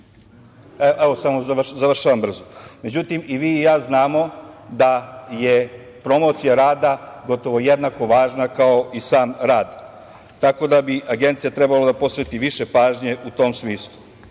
Evo, završavam brzo.Međutim, i vi i ja znamo da je promocija rada gotovo jednako važna kao i sam rad, tako da bi Agencija trebalo da posveti više pažnje u tom smislu. Takvu